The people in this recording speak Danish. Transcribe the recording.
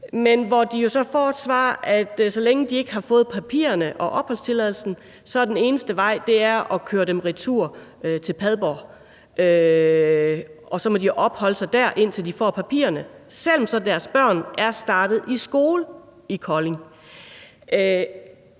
De får jo så det svar, at så længe de ikke har fået papirerne og opholdstilladelsen, er den eneste udvej at køre dem retur til Padborg. Så må de opholde sig der, indtil de får papirerne, selv om deres børn er startet i skole i Kolding.